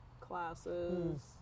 classes